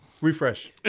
refresh